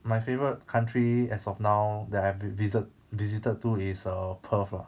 my favourite country as of now that I have visited visited to is err perth lah